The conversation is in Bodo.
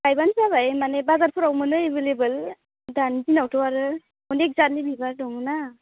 गायबानो जाबाय माने बाजारफोराव मोनो एभैलेबोल दानि दिनावथ' आरो अनेक जातनि बिबार दङना